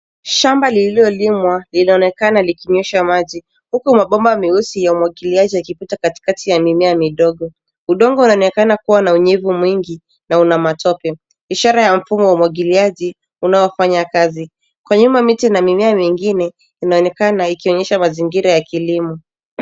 Shamba lililolimwa linaonekana likinyesha maji huku mabomba meusi ya umwagiliaji yakipita katikati ya mimea midogo. Udongo unaonekana kuwa na unyevu mwingi na una matope, ishara ya mfumo wa umwagiliaji unaofanya kazi. Kwa nyuma miti na mimea mingine inaonekana ikionyesha mazingira ya kilimo.